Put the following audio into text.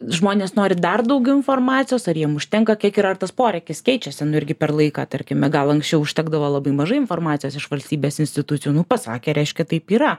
žmonės nori dar daugiau informacijos ar jiem užtenka kiek yra ar tas poreikis keičiasi nu irgi per laiką tarkime gal anksčiau užtekdavo labai mažai informacijos iš valstybės institucijų nu pasakė reiškia taip yra